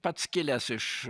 pats kilęs iš